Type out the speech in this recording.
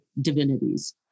divinities